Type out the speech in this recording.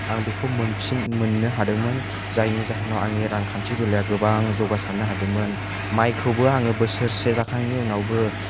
आं बेखौ मोनफिन मोननो हादोंमोन जायनि जाहोनाव आंनि रांखान्थि बेलाया गोबां जौगासारनो हादोंमोन माइखौबो आङो बोसोरसे जाखांनायनि उनावबो